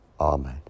Amen